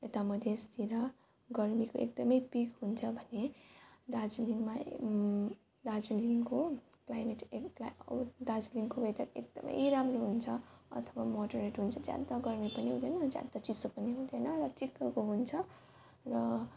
यता मधेसतिर गर्मीको एकदम पिक हुन्छ भने दार्जिलिङमा दार्जिलिङको क्लाइमेट दार्जिलिङको वेदर एकदम राम्रो हुन्छ अथवा मोडरेट हुन्छ ज्यादा गर्मी पनि हुँदैन ज्यादा चिसो पनि हुँदैन र ठिक्कको हुन्छ र